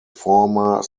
former